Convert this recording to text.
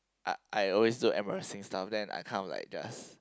I I always do embarrassing stuff then I kind of like just